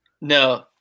No